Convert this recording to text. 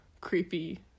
creepy